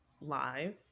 live